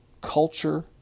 culture